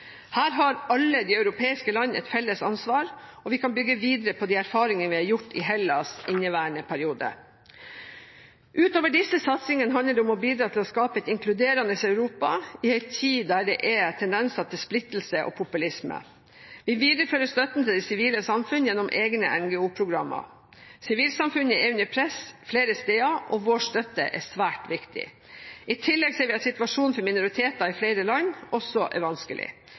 Her har alle europeiske land et felles ansvar, og vi kan bygge videre på de erfaringer vi har gjort i Hellas i inneværende periode. Utover disse satsingene handler det om å bidra til å skape et inkluderende Europa i en tid da det er tendenser til splittelse og populisme. Vi viderefører støtten til det sivile samfunn gjennom egne NGO-programmer. Sivilsamfunnet er under press flere steder, og vår støtte er svært viktig. I tillegg ser vi at situasjonen for minoriteter i flere land også er vanskelig.